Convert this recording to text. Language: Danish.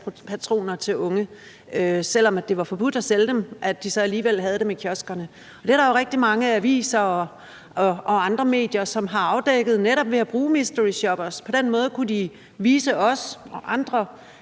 og at de, selv om det var forbudt at sælge dem, alligevel havde dem i kioskerne. Det er der jo rigtig mange aviser og andre medier som har afdækket netop ved at bruge mysteryshoppere. På den måde kunne de vise os og andre,